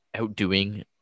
outdoing